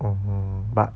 orh but